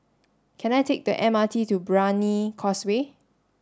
can I take the M R T to Brani Causeway